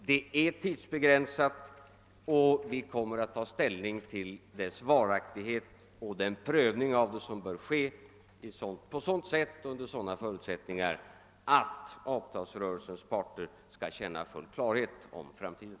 Det är tidsbegränsat och vi kommer att ta ställning till dess varaktighet och företa den prövning av det som bör ske på ett sådant sätt och under sådana förutsättningar att avtalsrörelsens parter skall få full klarhet om framtiden.